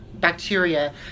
bacteria